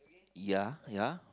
ya ya